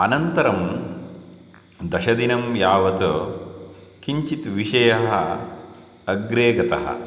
अनन्तरं दशदिनं यावत् किञ्चित् विषयः अग्रे गतः